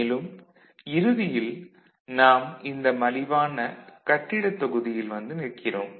மேலும் இறுதியில் நாம் இந்த மலிவான கட்டிடத் தொகுதியில் வந்து நிற்கிறோம்